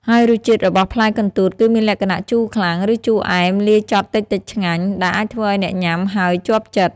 ហើយរសជាតិរបស់ផ្លែកន្ទួតគឺមានលក្ខណៈ ជូរខ្លាំង ឬជូរអែមលាយចត់តិចៗឆ្ងាញ់ ដែលអាចធ្វើឱ្យអ្នកញ៉ាំហើយជាប់ចិត្ត។